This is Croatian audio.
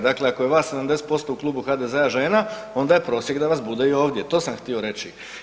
Dakle, ako je vas 70% u klubu HDZ-a žena onda je prosjek da vas bude i ovdje, to sam htio reći.